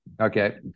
Okay